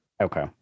Okay